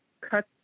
cut